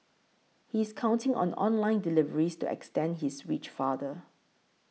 he is counting on online deliveries to extend his reach farther